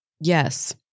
Yes